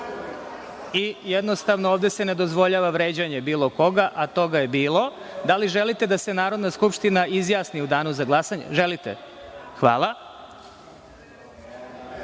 Jednostavno, ovde se ne dozvoljava vređanje bilo koga, a toga je bilo. Da li želite da se Narodna skupština izjasni u danu za glasanje? Želite. Hvala. Na